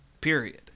period